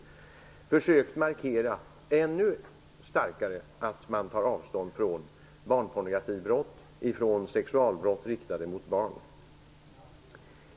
Man har försökt att ännu starkare markera att man tar avstånd från barnpornografibrott och sexualbrott riktade mot barn.